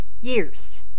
years